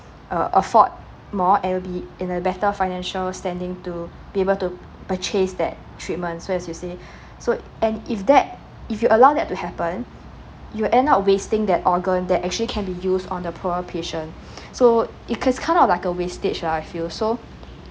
uh afford more and will be in a better financial standing to able to purchase that treatments so as you see so and if that if you allow that to happen you will end up wasting that organ that actually can be used on a poorer patient so it ca~ kind of like a wastage lah I feel so